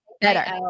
better